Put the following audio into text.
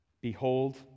behold